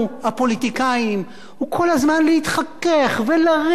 הוא כל הזמן להתחכך ולריב עם התקשורת,